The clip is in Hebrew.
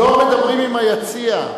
לא מדברים עם היציע.